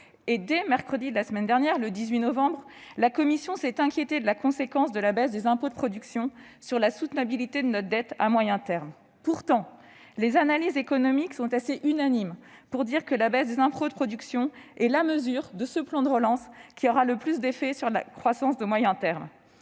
Dès mercredi 18 novembre dernier, la Commission s'est inquiétée de la conséquence de la baisse des impôts de production sur la soutenabilité de notre dette à moyen terme. Pourtant, les analyses économiques sont assez unanimes pour dire que la baisse des impôts de production est la mesure de ce plan de relance qui aura le plus d'effet sur la croissance de moyen terme.